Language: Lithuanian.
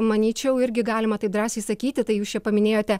manyčiau irgi galima taip drąsiai sakyti tai jūs čia paminėjote